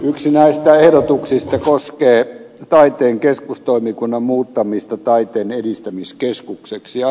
yksi näistä ehdotuksista koskee taiteen keskustoimikunnan muuttamista taiteen edistämiskeskukseksi